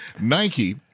Nike